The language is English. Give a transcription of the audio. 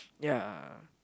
ya